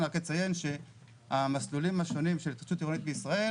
אני רק אציין שהמסלולים השונים של התחדשות עירונית בישראל,